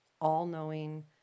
all-knowing